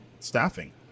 Staffing